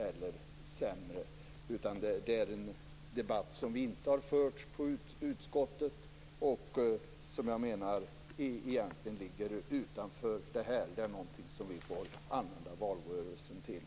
Det är en debatt som inte har förts i utskottet, och jag menar att den egentligen ligger utanför det här. Det är något som vi får använda valrörelsen till.